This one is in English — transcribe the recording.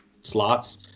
slots